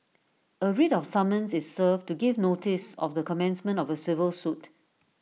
A writ of summons is served to give notice of the commencement of A civil suit